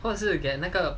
what is it you again 那个